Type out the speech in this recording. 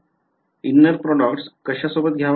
inner products कशासोबत घ्यावा